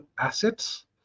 assets